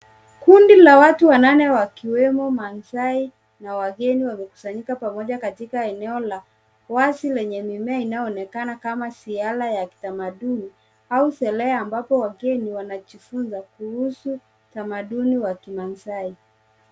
Kundi la watu wanane wakiwemo maasai na wageni wamekusanyika pamoja katika eneo la wazi lenye mimea. Inaonekana kama ziara ya kitamaduni au sherehe ambapo wageni wanajifunza kuhusu utamaduni wa kimasai.